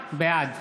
בעד